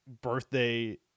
birthday